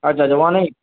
আচ্ছা আচ্ছা one eight